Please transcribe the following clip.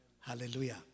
Hallelujah